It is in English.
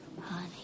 Honey